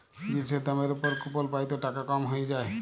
জিলিসের দামের উপর কুপল পাই ত টাকা কম হ্যঁয়ে যায়